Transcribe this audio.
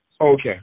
Okay